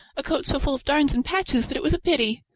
a coat so full of darns and patches that it was a pity.